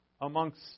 amongst